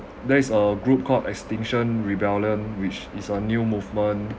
there is a group called extinction rebellion which is a new movement